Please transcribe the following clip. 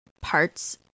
parts